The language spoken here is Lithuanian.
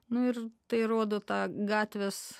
nu ir tai rodo tą gatvės